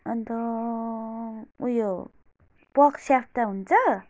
अन्त उयो पर्क स्याफ्ता हुन्छ